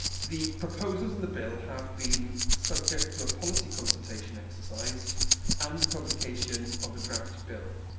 the proposals in the bill have been subject to a policy consultation exercise and the publication of a draft bill.